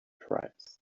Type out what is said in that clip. tribes